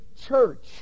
church